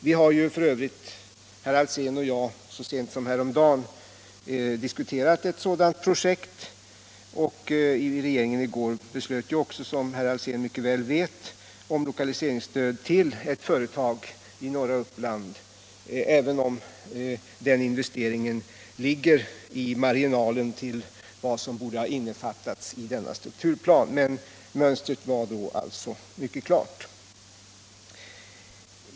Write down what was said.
Herr Alsén och jag har f. ö. så sent som häromdagen diskuterat ett sådant projekt, och regeringen beslöt i går, som herr Alsén mycket väl vet, att bevilja lokaliseringsstöd till ett företag i norra Uppland, trots att investeringen i fråga ligger på gränsen till vad som borde ha innefattats i denna strukturplan. Men mönstret var i det fallet mycket klart.